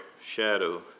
shadow